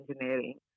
engineering